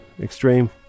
extreme